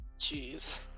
Jeez